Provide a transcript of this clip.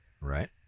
Right